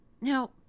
Now